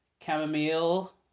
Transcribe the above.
chamomile